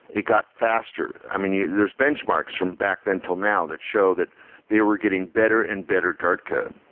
they got faster. i mean, there're benchmarks from back then till now that show that they were getting better and better dart code.